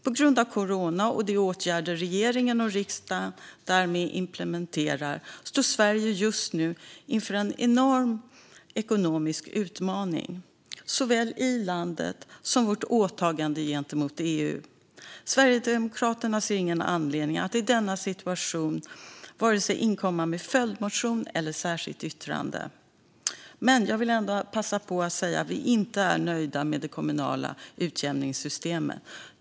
På grund av corona och de åtgärder regeringen och riksdagen därmed implementerar står Sverige just nu inför en enorm ekonomisk utmaning, såväl i landet som när det gäller vårt åtagande gentemot EU. Sverigedemokraterna ser ingen anledning att i denna situation inkomma med vare sig en följdmotion eller ett särskilt yttrande, men jag vill ändå passa på att säga att vi inte är nöjda med det kommunala utjämningssystemet.